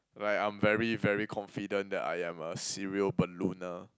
like I'm very very confident that I am a serial ballooner